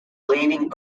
leaving